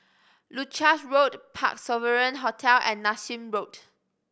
Leuchars Road Parc Sovereign Hotel and Nassim Road